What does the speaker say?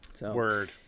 Word